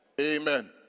Amen